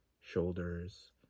shoulders